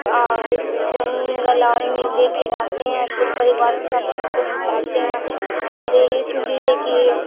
اور جنگل اور میں لے کے جاتے ہیں پورے پریوار کے ساتھ فوٹو کھنچاتے ہیں اور اس لیے کہ